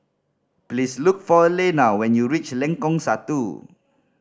please look for Alena when you reach Lengkong Satu